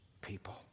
people